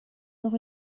noch